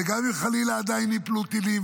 וגם אם חלילה עדיין ייפלו טילים,